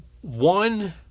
One